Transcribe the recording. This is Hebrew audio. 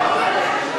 זה לא קשור.